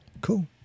Cool